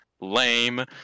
Lame